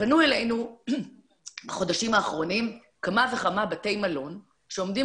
פנו אלינו בחודשים האחרונים כמה וכמה בתי מלון שעומדים